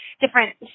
different